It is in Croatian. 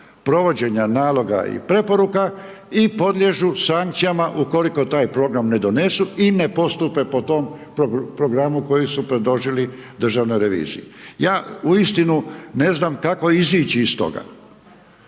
provođenja naloga i preporuka i podliježu sankcijama ukoliko taj program ne donesu i ne postupe po tom programu koji su predložili državnoj reviziji. Ja uistinu ne znam kako izići iz toga.